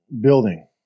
Building